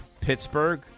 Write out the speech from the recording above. Pittsburgh